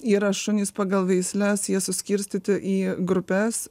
yra šunys pagal veisles jie suskirstyti į grupes